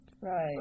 Right